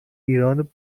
ایران